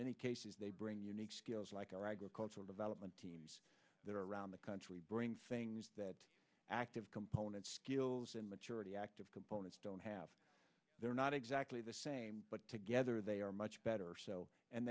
many cases they bring unique skills like our agricultural development teams that are around the country bring things that active component skills and maturity active components don't have they're not exactly the same but together they are much better